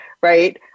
right